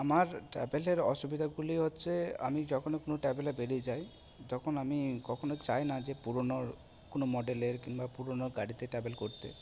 আমার ট্র্যাভেলের অসুবিধাগুলি হচ্ছে আমি যখনই কোনো ট্যাভেলে বেরিয়ে যাই তখন আমি কখনো চাই না যে পুরোনো কোনো মডেলের কিংবা পুরোনো গাড়িতে ট্যাভেল করতে